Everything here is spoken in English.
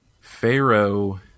Pharaoh